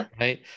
right